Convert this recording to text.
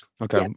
Okay